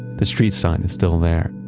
the street sign is still there.